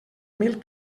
mil